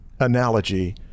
analogy